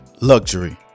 Luxury